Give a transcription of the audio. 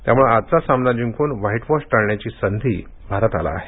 त्यामूळे आजचा सामना जिंकून व्हाइट वॉश टाळण्याची संधी भारताकडे आहे